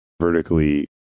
vertically